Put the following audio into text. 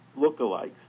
lookalikes